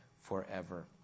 forever